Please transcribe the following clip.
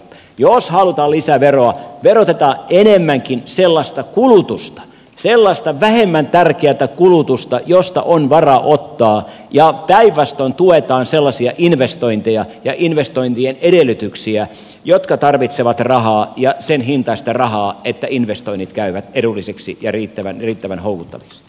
jos halutaan lisäveroa verotetaan enemmänkin sellaista vähemmän tärkeätä kulutusta josta on varaa ottaa ja päinvastoin tuetaan sellaisia investointeja ja investointien edellytyksiä jotka tarvitsevat rahaa ja sen hintaista rahaa että investoinnit käyvät edullisiksi ja riittävän houkuttaviksi